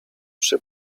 przy